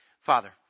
Father